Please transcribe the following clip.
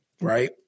Right